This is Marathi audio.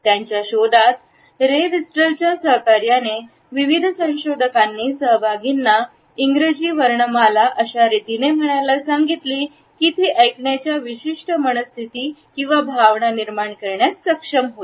त्यांच्या शोधात रे व्हिस्टलच्या सहकार्याने विविध संशोधकांनी सहभागींना इंग्रजी वर्णमाला अशा रीतीने म्हणायला सांगितली कि ती ऐकण्याचा विशिष्ट मनःस्थिती किंवा भावना निर्माण करण्यास सक्षम होईल